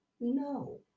no